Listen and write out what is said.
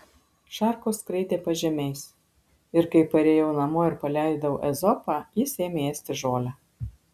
šarkos skraidė pažemiais ir kai parėjau namo ir paleidau ezopą jis ėmė ėsti žolę